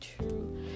true